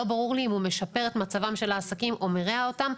לא ברור לי אם הוא משפר את מצבם של העסקים או מרע אותם.